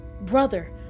Brother